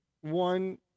one